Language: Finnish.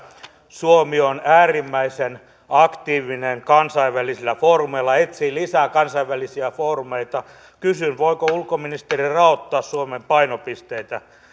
suomi on äärimmäisen aktiivinen kansainvälisillä foorumeilla etsii lisää kansainvälisiä foorumeita kysyn voiko ulkoministeri raottaa suomen painopisteitä